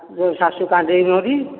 ତୋ ଶାଶୁ କାନ୍ଦେଇ ନରି